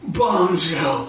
bombshell